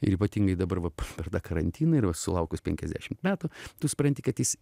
ir ypatingai dabar vat per tą karantiną ir va sulaukus penkiasdešimt metų tu supranti kad jis